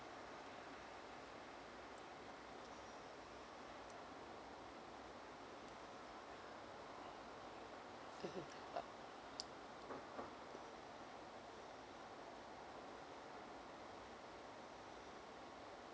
mmhmm uh